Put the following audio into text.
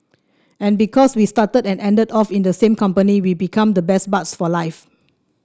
and because we started and ended off in the same company we become the best buds for life